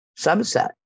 subset